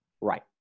Right